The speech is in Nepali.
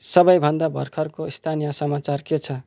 सबैभन्दा भर्खरको स्थानीय समाचार के छ